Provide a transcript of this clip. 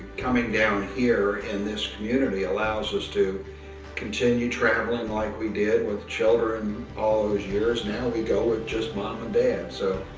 coming down here in this community allows us to continue traveling like we did with children all those years. now we go with just mom and dad, so.